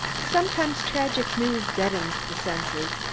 sometimes, tragic news deadens the senses,